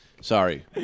Sorry